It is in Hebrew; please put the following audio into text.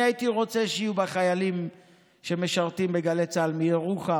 אני הייתי רוצה שיהיו חיילים שמשרתים בגלי צה"ל מירוחם